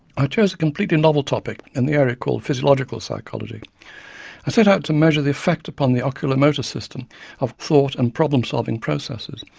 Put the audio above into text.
i chose a completely novel topic in the area called physiological psychology i set out to measure the effect upon the oculo-motor system of cognitive, thought and problem solving processes,